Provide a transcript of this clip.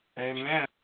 Amen